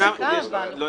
ינתקו.